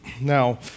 Now